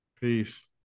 Peace